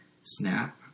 Snap